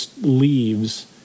leaves